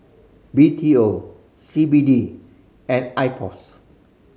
B T O C B D and IPOS